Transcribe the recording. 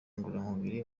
ngororamubiri